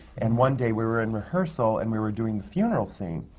and one day, we were in rehearsal, and we were doing the funeral scene,